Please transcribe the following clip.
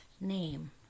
name